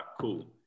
Cool